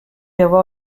avoir